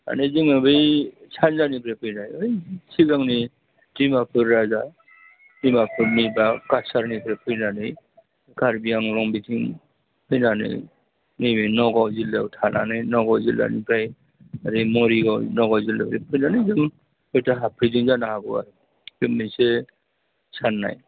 माने जोङो बै सानजानिफ्राय फैनाय ओइ सिगांनि दिमाफुर राजा दिमाफुरनि बा कासारनिफ्राय फैनानै कार्बि आंलं बेथिं फैनानै नैबे नगाव जिल्लायाव थानानै नगाव जिल्लानिफ्राय ओरै मरिगाव नगाव जिल्लानिफ्राय फैनानै जों हयथ' हाबफैदों जानो हागौ आरो बे मोनसे साननाय